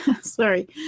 Sorry